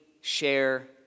share